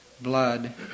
blood